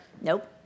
Nope